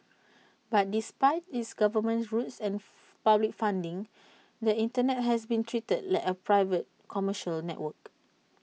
but despite its government roots and public funding the Internet has been treated like A private commercial network